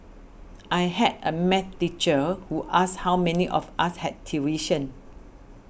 I had a math teacher who asked how many of us had tuition